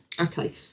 Okay